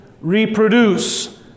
reproduce